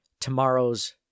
tomorrow's